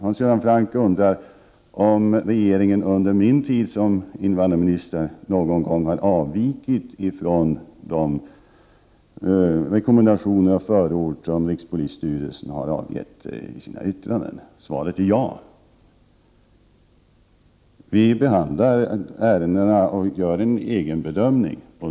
Hans Göran Franck undrade om regeringen under min tid som invandrarminister någon gång har avvikit från de rekommendationer och förord som rikspolisstyrelsen har avgett i sina yttranden. Svaret är ja. Regeringen behandlar ärendena och gör en egen bedömning.